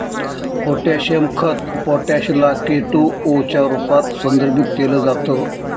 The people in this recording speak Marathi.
पोटॅशियम खत पोटॅश ला के टू ओ च्या रूपात संदर्भित केल जात